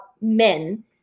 men